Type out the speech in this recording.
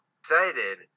excited